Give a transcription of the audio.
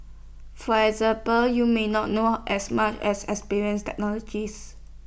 for example you may not know as much as experienced technologies